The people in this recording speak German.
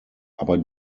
aber